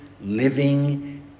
living